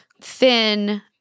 thin